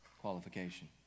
qualification